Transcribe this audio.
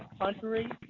country